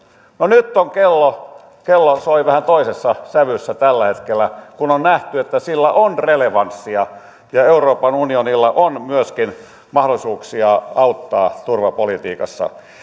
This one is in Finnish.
no nyt kello kello soi vähän toisessa sävyssä tällä hetkellä kun on nähty että sillä on relevanssia ja euroopan unionilla on myöskin mahdollisuuksia auttaa turvapolitiikassa